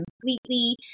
completely